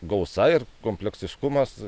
gausa ir kompleksiškumas